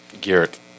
Garrett